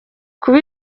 kuba